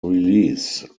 release